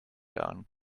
down